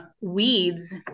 weeds